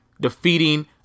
defeating